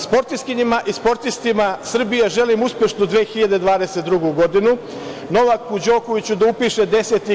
Sportistkinjama i sportistima Srbije želim uspešnu 2022. godinu, Novaku Đokoviću da upiše 10.